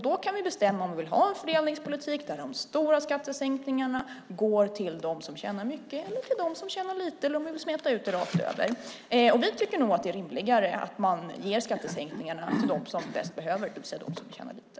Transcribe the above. Då kan vi bestämma om vi vill ha en fördelningspolitik där de stora skattesänkningarna går till dem som tjänar mycket eller till dem som tjänar lite eller om vi vill smeta ut det rakt över. Vi tycker nog att det är rimligare att man ger skattesänkningarna till dem som bäst behöver det, det vill säga till dem som tjänar lite.